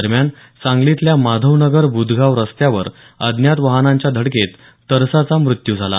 दरम्यान सांगलीतल्या माधवनगर ब्धगाव रस्त्यावर अज्ञात वाहनांच्या धडकेत तरसाचा मृत्यू झाला